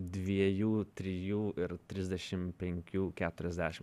dviejų trijų ir trisdešim penkių keturiasdešim